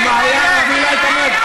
אם סגן השר היה ערבי לא היית אומר את זה.